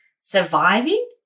surviving